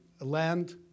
land